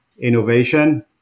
innovation